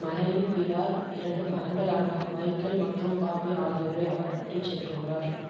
மனைவி பிலார் இரண்டு மகன்களான மைக்கேல் மற்றும் பாபி ஆகியோரை அவர் விட்டுச் சென்றுள்ளார்